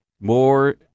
more